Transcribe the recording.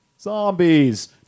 zombies